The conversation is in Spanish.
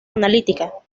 analítica